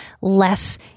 less